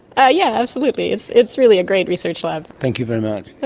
yeah yeah absolutely, it's it's really a great research lab. thank you very much. but